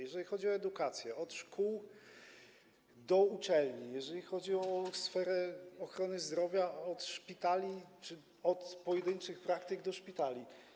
Jeżeli chodzi o edukację - od szkół do uczelni, jeżeli chodzi o sferę ochrony zdrowia - od pojedynczych praktyk do szpitali.